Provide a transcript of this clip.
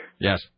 Yes